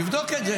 נבדוק את זה.